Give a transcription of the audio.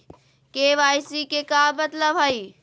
KYC के का मतलब हई?